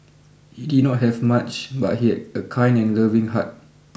he did not have much but he had a kind and loving heart